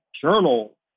Journal